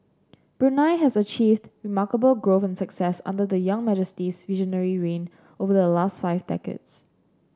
Brunei has achieved remarkable growth and success under the young Majesty's visionary reign over the last five decades